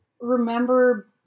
remember